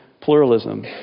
pluralism